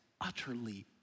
utterly